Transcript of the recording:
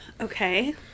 Okay